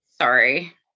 Sorry